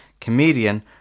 comedian